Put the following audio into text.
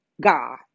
God